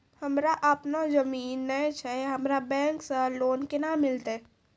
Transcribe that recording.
हमरा आपनौ जमीन नैय छै हमरा बैंक से लोन केना मिलतै?